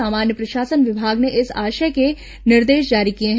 सामान्य प्रशासन विभाग ने इस आशय के निर्देश जारी किए हैं